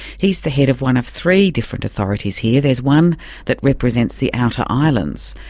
he's the head of one of three different authorities here, there's one that represents the outer islands,